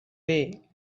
way